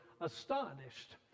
astonished